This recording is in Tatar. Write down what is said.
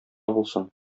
булсын